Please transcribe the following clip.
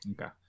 Okay